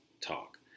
talk